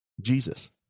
Jesus